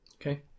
okay